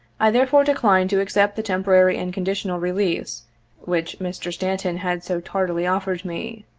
i therefore declined to accept the temporary and conditional release which mr. stanton had so tardily offered me.